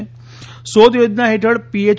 શોધ યોજના હેઠળ પીએચ